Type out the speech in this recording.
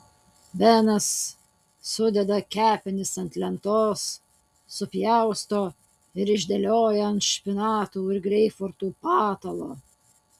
benas sudeda kepenis ant lentos supjausto ir išdėlioja ant špinatų ir greipfrutų patalo